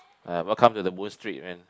uh welcome to the moon street man